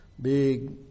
big